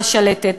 השלטת,